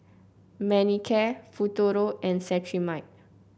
Manicare Futuro and Cetrimide